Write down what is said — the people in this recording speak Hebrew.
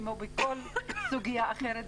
כמו בכל סוגיה אחרת,